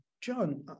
John